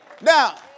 Now